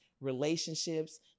relationships